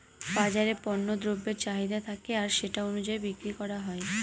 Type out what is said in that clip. বাজারে পণ্য দ্রব্যের চাহিদা থাকে আর সেটা অনুযায়ী বিক্রি করা হয়